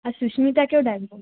আর সুস্মিতাকেও ডাকব